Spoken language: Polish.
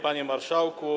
Panie Marszałku!